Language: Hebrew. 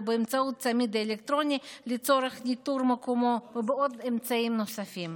באמצעות צמיד אלקטרוני לצורך ניטור מיקומו ואמצעים נוספים.